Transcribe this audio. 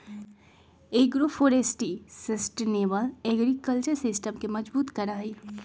agroforestry sustainable agriculture system के मजबूत करा हई